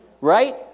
right